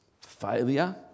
failure